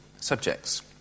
subjects